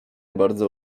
bardzo